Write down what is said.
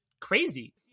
crazy